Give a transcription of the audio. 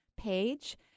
page